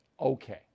Okay